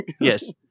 Yes